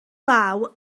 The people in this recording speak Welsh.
law